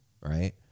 right